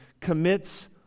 commits